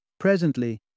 Presently